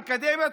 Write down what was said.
אקדמיה,